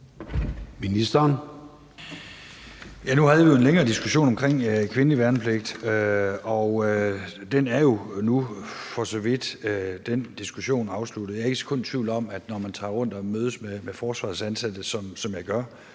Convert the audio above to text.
Nu havde vi jo en længere diskussion om kvindelig værnepligt, og den diskussion er jo nu afsluttet. Jeg er ikke et sekund i tvivl om, at når man tager rundt og mødes med forsvarets ansatte, som jeg gør